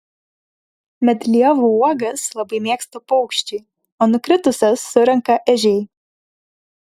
medlievų uogas labai mėgsta paukščiai o nukritusias surenka ežiai